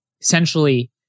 Essentially